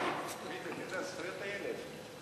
לוועדת החוץ והביטחון